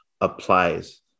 applies